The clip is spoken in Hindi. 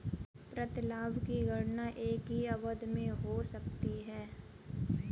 प्रतिलाभ की गणना एक ही अवधि में हो सकती है